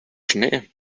journey